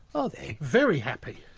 are they? very happy.